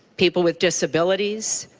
people with disabilities,